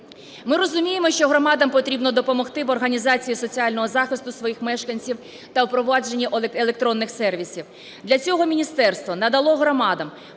Ми розуміємо, що громадам потрібно допомогти в організації соціального захисту своїх мешканців та впровадження електронних сервісів. Для цього міністерство надало громадам